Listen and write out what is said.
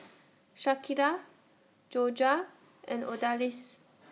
Shakira Jorja and Odalis